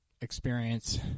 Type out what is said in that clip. experience